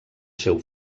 seu